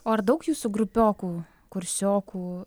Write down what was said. o ar daug jūsų grupiokų kursiokų